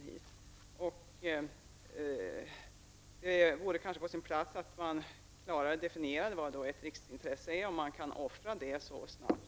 Det vore kanske på sin plats att man klarare definierade vad ett riksintresse är och om det kan offras så här lätt.